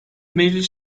meclis